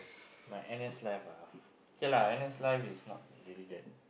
my N_S life ah okay lah N_S life is not really that